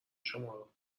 شمارو